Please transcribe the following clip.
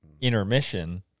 intermission